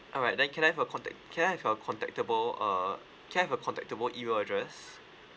alright then can I have your contact can I have your contactable uh can I have your contactable email address